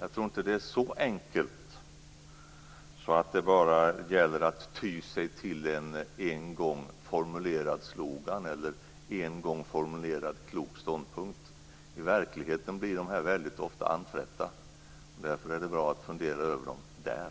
Jag tror inte att det är så enkelt att det bara gäller att ty sig till en en gång formulerad slogan eller en en gång formulerad klok ståndpunkt. I verkligheten blir dessa väldigt ofta anfrätta. Därför är det bra att fundera över dem där.